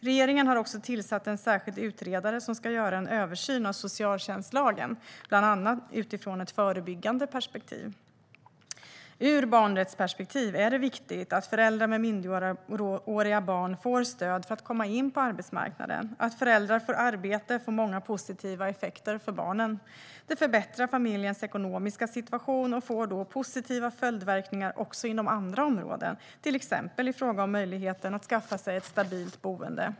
Regeringen har också tillsatt en särskild utredare som ska göra en översyn av socialtjänstlagen, bland annat utifrån ett förebyggande perspektiv. Ur barnrättsperspektiv är det viktigt att föräldrar med minderåriga barn får stöd för att komma in på arbetsmarknaden. Att föräldrar får arbete får många positiva effekter för barnen. Det förbättrar familjens ekonomiska situation och får då positiva följdverkningar också inom andra områden, till exempel i fråga om möjligheten att skaffa sig ett stabilt boende.